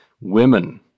Women